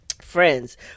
friends